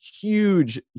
huge